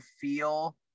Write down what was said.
feel